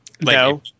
No